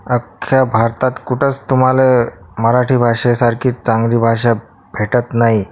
अख्ख्या भारतात कुठंच तुम्हाला मराठी भाषे सारखी चांगली भाषा भेटत नाही